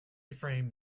frame